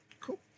Cool